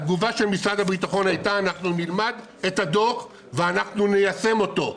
התגובה של משרד הביטחון הייתה: אנחנו נלמד את הדוח ואנחנו ניישם אותו.